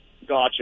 Gotcha